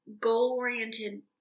goal-oriented